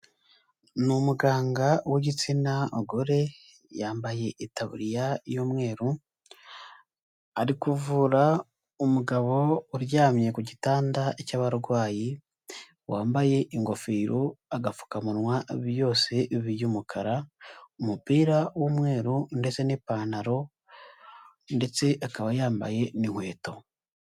Ni umuganga w'igitsina gore yambaye itaburiya y'umweru, ari kuvura umugabo uryamye ku gitanda cy'abarwayi, wambaye ingofero, agapfukamunwa byose by'umukara, umupira w'umweru ndetse n'ipantaro ndetse akaba yambaye n'inkweto.